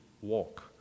walk